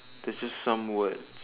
it's just some words